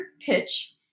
pitch